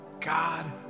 God